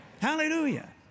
Hallelujah